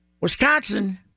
Wisconsin